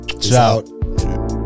Ciao